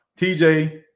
TJ